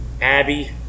Abby